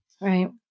Right